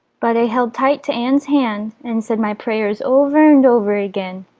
but i held tight to anne's hand and said my prayers over and over again.